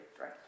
right